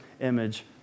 image